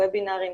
ובינרים,